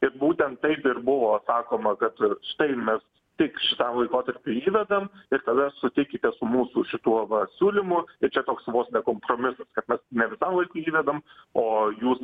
ir būtent taip ir buvo sakoma kad štai mes tik šitam laikotarpiui įvedam ir tada sutikite su mūsų šituo va siūlymu ir čia toks vos be kompromisas kad mes ne visam laikui įvedam o jūs